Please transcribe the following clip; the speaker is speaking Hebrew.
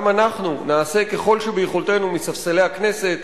אנחנו נעשה ככל שביכולתנו מספסלי הכנסת